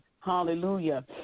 hallelujah